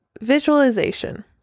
visualization